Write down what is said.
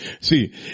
See